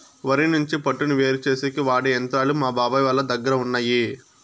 వరి నుంచి పొట్టును వేరుచేసేకి వాడె యంత్రాలు మా బాబాయ్ వాళ్ళ దగ్గర ఉన్నయ్యి